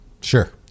Sure